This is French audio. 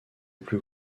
plus